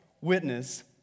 witness